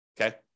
Okay